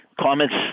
Comments